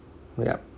well